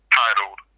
titled